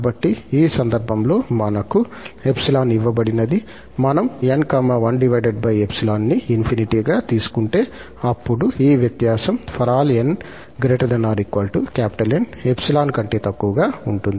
కాబట్టి ఈ సందర్భంలో మనకు 𝜖 ఇవ్వబడినది మనం 𝑁 1𝜖 ని ∞ గా తీసుకుంటే అప్పుడు ఈ వ్యత్యాసం ∀ 𝑛≥𝑁 𝜖 కంటే తక్కువగా ఉంటుంది